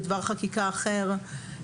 לדבר חקיקה אחר.